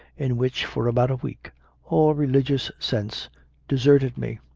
in which for about a week all religious sense deserted me.